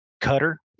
cutter